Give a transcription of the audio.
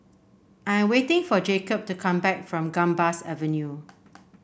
I am waiting for Jacob to come back from Gambas Avenue